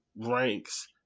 ranks